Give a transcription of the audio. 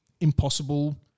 impossible